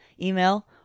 email